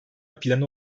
planı